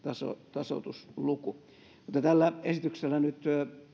tasoitusluku mutta tällä esityksellä nyt